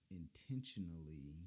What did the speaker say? intentionally